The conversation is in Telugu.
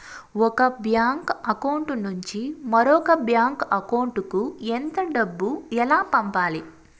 ఒక బ్యాంకు అకౌంట్ నుంచి మరొక బ్యాంకు అకౌంట్ కు ఎంత డబ్బు ఎలా పంపాలి